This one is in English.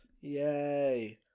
Yay